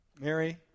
Mary